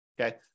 Okay